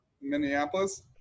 Minneapolis